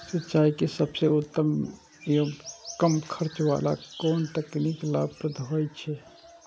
सिंचाई के सबसे उत्तम एवं कम खर्च वाला कोन तकनीक लाभप्रद होयत छै?